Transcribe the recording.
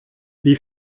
wie